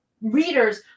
readers